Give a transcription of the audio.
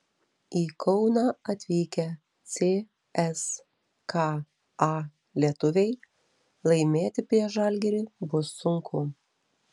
į kauną atvykę cska lietuviai laimėti prieš žalgirį bus sunku